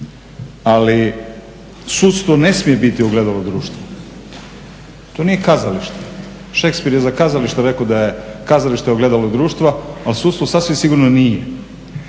ali sudstvo ne smije biti ogledalo društva, to nije kazalište, Shakespeare je za kazalište rekao da je kazalište ogledalo društva a sudstvo sasvim sigurno nije.